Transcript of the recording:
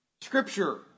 Scripture